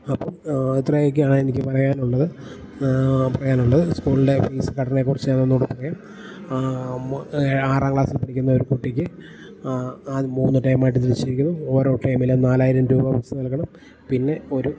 അപ്പം ഇത്രയുമൊക്കെയാണ് എനിക്ക് പറയാനുള്ളത് പറയാനുള്ളത് സ്കൂളിൻ്റെ ഫീസ് ഘടനയെക്കുറിച്ച് ഞാനൊന്നുകൂടെ പറയാം ആറാം ക്ലാസ്സിൽ പഠിക്കുന്നൊരു കുട്ടിക്ക് അത് മൂന്ന് ടേമായിട്ട് തിരിച്ചിരിക്കുന്നു ഓരോ ടേമിലും നാലായിരം രൂപ ഫീസ് നൽകണം പിന്നെ ഒരു